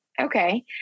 Okay